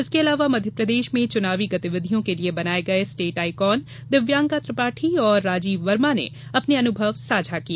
इसके अलावा मध्यप्रदेश में चुनावी गतिविधियों के लिए बनाए गए स्टेट आइकॉन दिव्यांका त्रिपाठी और राजीव वर्मा ने अपने अनुभव साझा किए